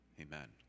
Amen